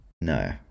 No